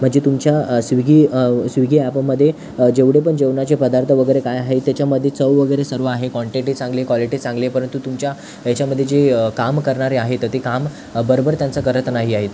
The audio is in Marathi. म्हणजे तुमच्या स्विगी स्विगी ॲपमध्ये जेवढे पण जेवणाचे पदार्थ वगैरे काय आहे त्याच्यामध्ये चव वगैरे सर्व आहे क्वॉंटिटी चांगली क्वॉलिटी चांगली आहे परंतु तुमच्या याच्यामध्ये जी काम करणारे आहे तर ते काम बरोबर त्यांचं करत नाही आहेत